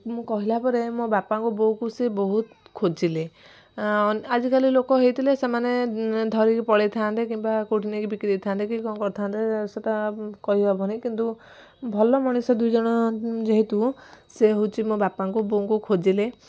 ମୁଁ କହିଲା ପରେ ମୋ ବାପାଙ୍କୁ ବୋଉଙ୍କୁ ସେ ବହୁତ ଖୋଜିଲେ ଆଜିକାଲି ଲୋକ ହେଇଥିଲେ ସେମାନେ ଧରିକି ପଳାଇଥାନ୍ତେ କିମ୍ୱା କେଉଁଠି ନେଉକି ବିକି ଦେଇଥାନ୍ତେ କି କଁ କରିଥାନ୍ତେ ସେଟା କହି ହେବନି କିନ୍ତୁ ଭଲ ମଣିଷ ଦୁଇ ଜଣ ଯେହେତୁ ସେ ହେଉଛି ମୋ ବାପାଙ୍କୁ ବୋଉଙ୍କୁ ଖୋଜିଲେ